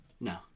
No